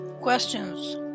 Questions